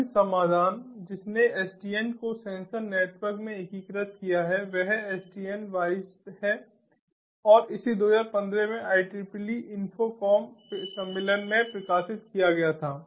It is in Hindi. अन्य समाधान जिसने SDN को सेंसर नेटवर्क में एकीकृत किया है वह SDN WISE है और इसे 2015 में IEEE INFOCOM सम्मेलन में प्रकाशित किया गया था